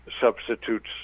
substitutes